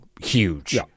huge